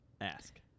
Ask